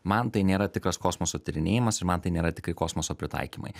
man tai nėra tikras kosmoso tyrinėjimas ir man tai nėra tikrai kosmoso pritaikymai